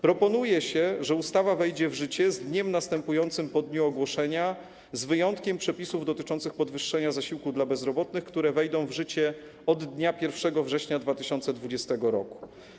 Proponuje się, że ustawa wejdzie w życie z dniem następującym po dniu ogłoszenia, z wyjątkiem przepisów dotyczących podwyższenia zasiłku dla bezrobotnych, które wejdą w życie od dnia 1 września 2020 r.